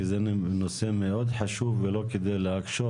כי זה נושא מאוד חשוב ולא כדי להקשות,